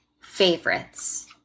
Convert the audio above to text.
favorites